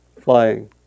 flying